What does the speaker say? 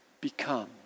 become